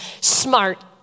smart